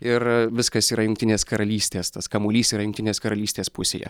ir viskas yra jungtinės karalystės tas kamuolys yra jungtinės karalystės pusėje